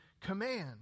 command